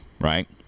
right